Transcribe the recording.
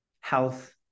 health